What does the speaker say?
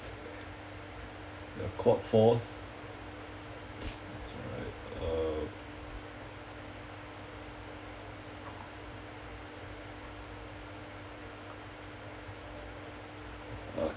ya caught force alright um uh